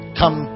come